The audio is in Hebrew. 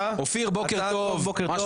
טוב, שלום לכולם, אנחנו מחדשים את הדיון.